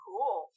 Cool